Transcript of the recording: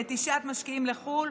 נטישת משקיעים לחו"ל,